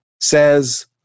says